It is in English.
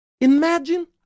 imagine